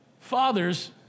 Father's